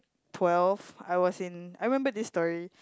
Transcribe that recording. twelve I was in I remember this story